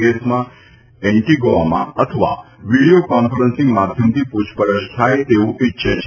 કેસમાં એન્ટીગુઆમાં અથવા વિડીયો કોન્ફરન્સીંગ માધ્યમથી પૂછપરછ થાય તેવું ઇચ્છે છે